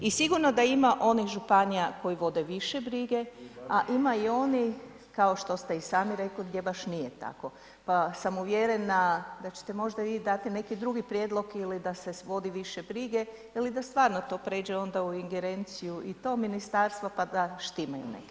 I sigurno da ima onih županija koje vode više brige, a ima i onih kao što ste i sami rekli gdje baš nije tako, pa sam uvjerena da ćete možda vi dati neki drugi prijedlog ili da se vodi više brige ili da stvarno to prijeđe onda u ingerenciju i to ministarstvo pa da štimaju neke stvari.